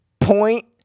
point